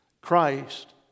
Christ